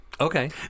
Okay